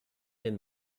den